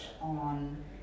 on